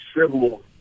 civil